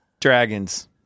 Dragons